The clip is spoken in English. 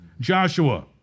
Joshua